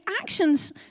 actions